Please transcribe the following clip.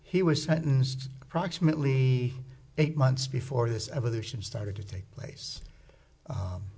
he was sentenced approximately eight months before this evolution started to take place